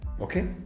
Okay